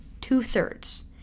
Two-thirds